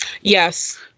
yes